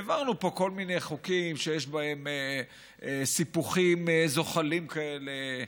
העברנו פה כל מיני חוקים שיש בהם סיפוחים זוחלים כאלה,